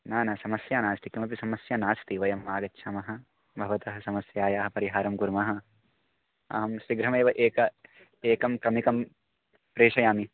न न समस्या नास्ति किमपि समस्या नास्ति वयम् आगच्छामः भवतः समस्यायाः परिहारं कुर्मः आं शीघ्रमेव एकम् एकं क्रमिकं प्रेषयामि